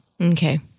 Okay